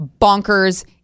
bonkers